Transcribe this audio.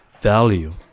value